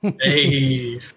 Hey